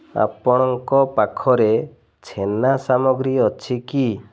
ଆପଣଙ୍କ ପାଖରେ ଛେନା ସାମଗ୍ରୀ ଅଛି କି